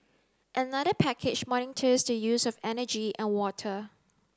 another package monitors the use of energy and water